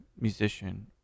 musician